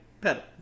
Pedal